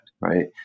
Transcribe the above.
right